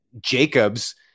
Jacobs